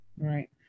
Right